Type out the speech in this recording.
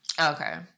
Okay